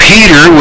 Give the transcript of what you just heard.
Peter